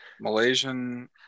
Malaysian